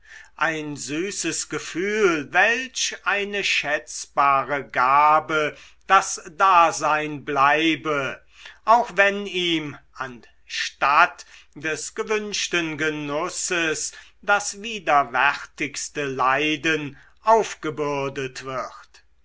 ein süßes gefühl welch eine schätzbare gabe das dasein bleibe auch wenn ihm anstatt des gewünschten genusses das widerwärtigste leiden aufgebürdet wird